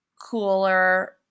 cooler